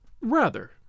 Rather